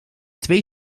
twee